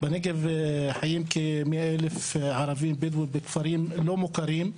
בנגב חיים כ-100 אלף ערבים בדואים בכפרים לא מוכרים,